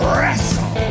Wrestle